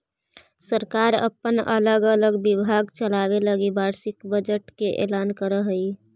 सरकार अपन अलग अलग विभाग चलावे लगी वार्षिक बजट के ऐलान करऽ हई